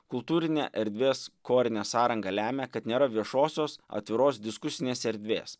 kultūrinė erdves korinė sąrangą lemia kad nėra viešosios atviros diskusinės erdvės